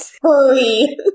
Hurry